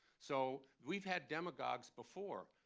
so we've had demagogues before.